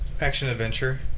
Action-Adventure